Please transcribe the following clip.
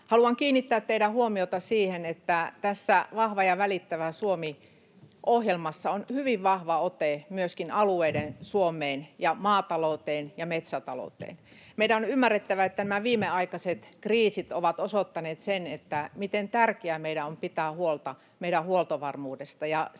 Haluan kiinnittää teidän huomiotanne siihen, että tässä Vahva ja välittävä Suomi ‑ohjelmassa on hyvin vahva ote myöskin alueiden Suomeen ja maatalouteen ja metsätalouteen. Meidän on ymmärrettävä, että nämä viimeaikaiset kriisit ovat osoittaneet sen, miten tärkeää meidän on pitää huolta meidän huoltovarmuudestamme, ja siinä